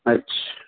اچھا